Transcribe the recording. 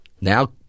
now